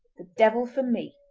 the devil for me!